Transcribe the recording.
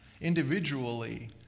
individually